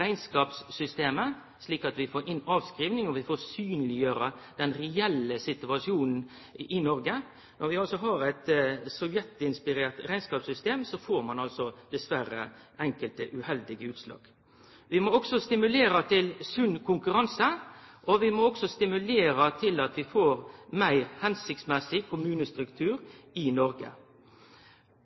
rekneskapssystemet, slik at vi kan få inn avskriving og synleggjere den reelle situasjonen i Noreg. Når vi altså har eit sovjetinspirert rekneskapssystem, får ein dessverre enkelte uheldige utslag. Vi må stimulere til sunn konkurranse, og vi må òg stimulere til ein meir hensiktsmessig kommunestruktur i Noreg.